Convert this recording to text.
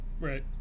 Right